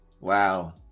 wow